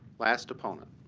last opponent.